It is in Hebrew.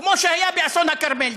כמו שהיה באסון הכרמל.